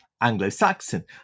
Anglo-Saxon